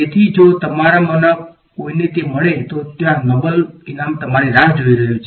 તેથી જો તમારા માંના કોઈને તે મળે તો ત્યાં નોબેલ ઇનામ તમારી રાહ જોઈ રહ્યું છે